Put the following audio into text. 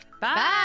Bye